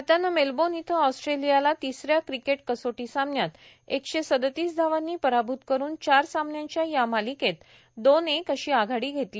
आरतानं Melbourne इथं ऑस्ट्रेलियाला तिसऱ्या क्रिकेट कसोटी सामन्यात एकशे सदोतीस धावांनी पराभूत करून चार सामन्यांच्या या मालिकेत दोन एक अशी आघाडी घेतली